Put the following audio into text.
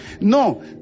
No